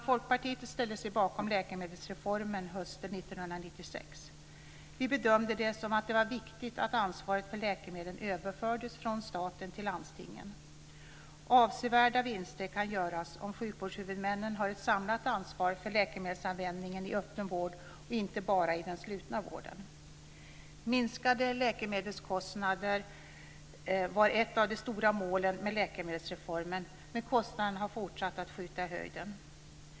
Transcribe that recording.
Folkpartiet ställde sig bakom läkemedelsreformen hösten 1996. Vi bedömde det som att det var viktigt att ansvaret för läkemedel överfördes från staten till landstingen. Avsevärda vinster kan göras om sjukvårdshuvudmännen har ett samlat ansvar för läkemedelsanvändningen i öppen vård och inte bara i den slutna vården. Minskade läkemedelskostnader var ett av de stora målen med läkemedelsreformen, men kostnaderna har fortsatt att skjuta i höjden.